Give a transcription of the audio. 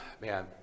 man